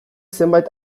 zenbait